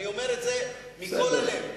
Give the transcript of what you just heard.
אני אומר את זה מכל הלב,